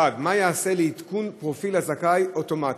1. מה ייעשה לעדכון פרופיל הזכאי אוטומטית?